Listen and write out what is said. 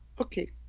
Okay